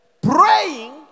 Praying